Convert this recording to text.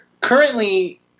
Currently